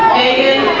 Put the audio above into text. a